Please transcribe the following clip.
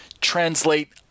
translate